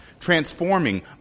transforming